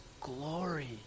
glory